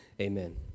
Amen